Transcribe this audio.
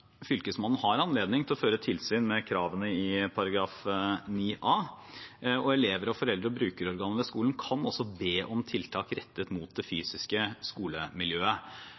Fylkesmannen har anledning til å føre tilsyn med kravene i § 9a, og elever, foreldre og brukerorganer ved skolen kan også be om tiltak rettet mot det fysiske skolemiljøet.